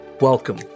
Welcome